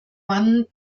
van